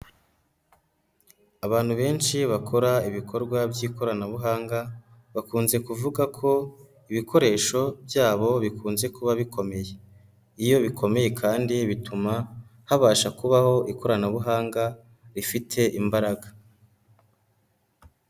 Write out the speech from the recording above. Abantu benshi bakora ibikorwa by'ikoranabuhanga, bakunze kuvuga ko ibikoresho byabo bikunze kuba bikomeye, iyo bikomeye kandi bituma, habasha kubaho ikoranabuhanga rifite imbaraga.